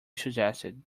suggested